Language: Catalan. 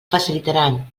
facilitaran